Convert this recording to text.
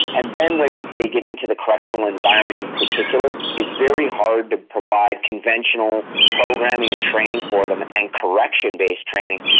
and then when they get into the correctional environment in particular, it's very hard to provide conventional programming and training for them and correction based training.